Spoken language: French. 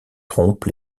trompe